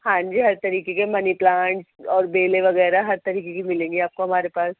ہاں جی ہر طریقے کے منی پلانٹ اور بیلے وغیرہ ہر طریقے کی ملیں گی آپ کو ہمارے پاس